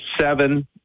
seven